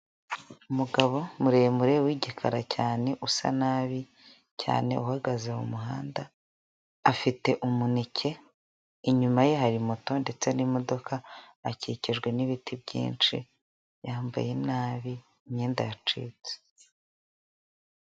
Umugabo muremure w'igikara cyane usa nabi cyane uhagaze mumuhanda afite umuneke inyuma ye hari moto ndetse n'imodoka akikijwe n'ibiti byinshi yambaye nabi imyenda yacitse.